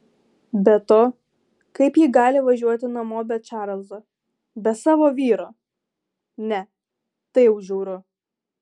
be to kaip ji gali važiuoti namo be čarlzo be savo vyro ne tai jau žiauru